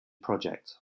projects